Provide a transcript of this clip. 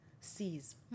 sees